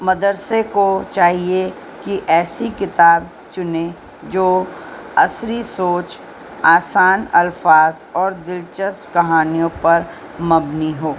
مدرسے کو چاہیے کہ ایسی کتاب چنیں جو عصری سوچ آسان الفاظ اور دلچسپ کہانیوں پر مبنی ہو